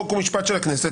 חוק ומשפט של הכנסת,